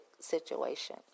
situation